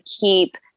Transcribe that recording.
keep